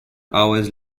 hours